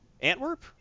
Antwerp